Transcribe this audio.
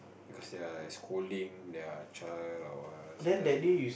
because they're scolding their child or what sometimes